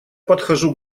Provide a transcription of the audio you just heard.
подхожу